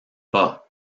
pas